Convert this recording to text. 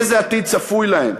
איזה עתיד צפוי להם?